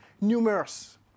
numerous